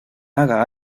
haga